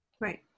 Right